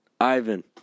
Ivan